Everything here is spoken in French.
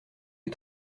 les